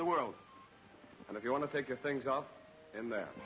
the world and if you want to take your things off in that